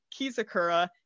Kizakura